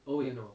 ya